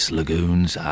lagoons